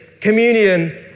communion